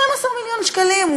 12 מיליון שקלים,